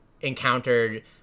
encountered